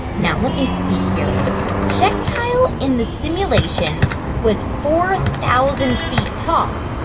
now, let me see here. the projectile in the simulation was four thousand feet tall.